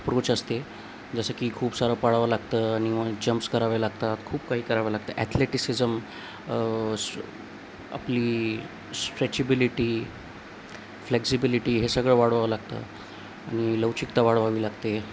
approach असते जसं की खूप सारं पाळावं लागतं आणि जम्प्स करावे लागतात खूप काही कराव लागतं ॲथलेटिकसिजम आपली स्ट्रेचिबिलिटी फ्लेक्झिबिलिटी हे सगळं वाढवावं लागतं आणि लवचिकता वाढवावी लागते